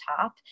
top